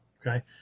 Okay